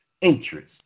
interest